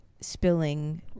spilling